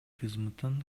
кызматтан